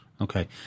Okay